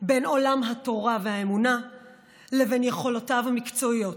בין עולם התורה והאמונה לבין יכולותיו המקצועיות,